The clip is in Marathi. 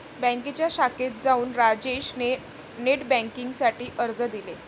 बँकेच्या शाखेत जाऊन राजेश ने नेट बेन्किंग साठी अर्ज दिले